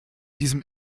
diesem